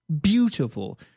beautiful